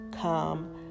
come